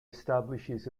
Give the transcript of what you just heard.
establishes